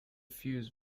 fuse